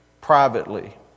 privately